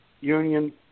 union